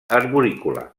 arborícola